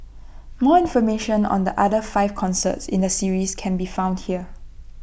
more information on the other five concerts in the series can be found here